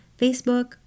Facebook